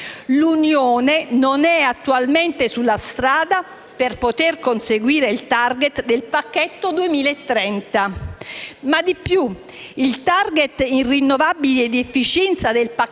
L'Unione non è attualmente sulla strada per poter conseguire il *target* del pacchetto 2030. Inoltre, i *target* in rinnovabili e di efficienza del pacchetto